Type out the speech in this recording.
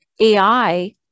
AI